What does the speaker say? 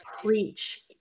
preach